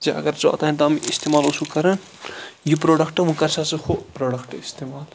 ژےٚ اگر ژٕ اوٚتَن تام یہِ اِستعمال اوسُکھ کَران یہِ پروڈَکٹ وۄنۍ کَرسا ژٕ ہُہ پروڈَکٹ اِستعمال